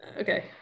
Okay